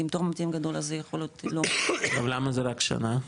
אם תור הממתינים גדול אז זה יכול להיות --- אז למה זה רק שנה?